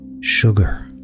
Sugar